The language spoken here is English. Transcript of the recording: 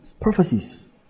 prophecies